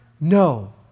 No